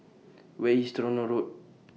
Where IS Tronoh Road